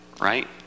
right